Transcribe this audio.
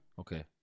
Okay